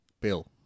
Bill